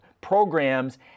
programs